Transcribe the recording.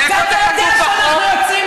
איפה זה כתוב בחוק?